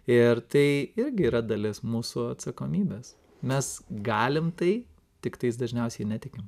ir tai irgi yra dalis mūsų atsakomybės mes galim tai tiktais dažniausiai netikim